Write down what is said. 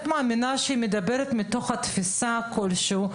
מאמינה שהיא מדברת מתוך תפיסה כלשהי.